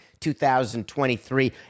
2023